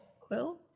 quill